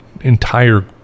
entire